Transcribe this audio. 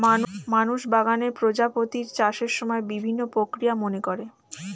মানুষ বাগানে প্রজাপতির চাষের সময় বিভিন্ন প্রক্রিয়া মেনে করে